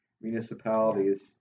municipalities